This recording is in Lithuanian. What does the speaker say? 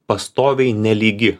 pastoviai nelygi